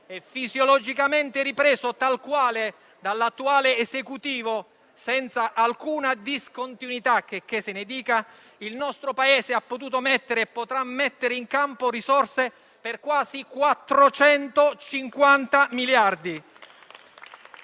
e fisiologicamente ripreso tal quale dall'attuale Esecutivo senza alcuna discontinuità (checché se ne dica), il nostro Paese ha potuto e potrà mettere in campo risorse per quasi 450 miliardi